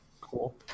cool